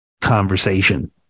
conversation